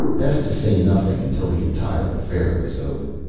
best to say nothing until the entire affair was over.